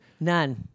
None